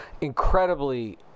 incredibly